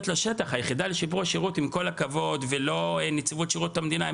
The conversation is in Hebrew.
היחידה לשיפור השירות ולא עם כל הכבוד נציבות שירות המדינה.